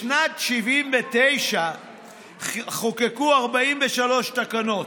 בשנת 1979 חוקקו 43 תקנות.